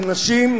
אנשים,